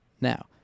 Now